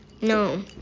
No